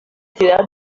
ciudad